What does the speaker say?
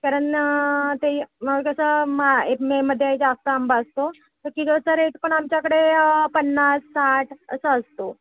कारण ते म कसं मा मेमध्ये जास्त आंबा असतो तर किलोचा रेट पण आमच्याकडे पन्नास साठ असा असतो